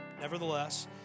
Nevertheless